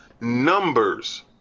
numbers